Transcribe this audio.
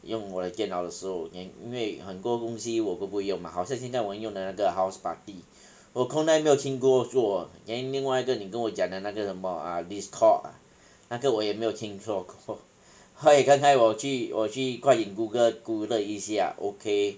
用我的电脑的时候 then 因为很多东西我都不会用 mah 好像现在我们用的那个 houseparty 我从来没有听过说 then 另外一个你跟我讲的那个什么 ah discord ah 那个我也没有听说过所以刚才我去我去快点 google google 一下 okay